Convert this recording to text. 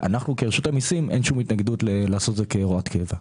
לנו כרשות המיסים אין כל התנגדות לקבוע את ההוראה כהוראת קבע.